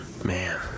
Man